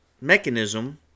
mechanism